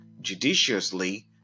judiciously